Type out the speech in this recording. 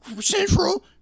Central